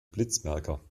blitzmerker